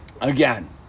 again